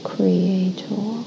Creator